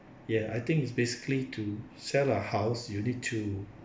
ya I think it's basically to sell a house you need to